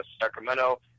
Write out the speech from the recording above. Sacramento